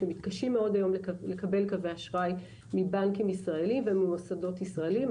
שמתקשים מאוד לקבל היום קווי אשראי מבנקים ישראליים וממוסדות ישראליים.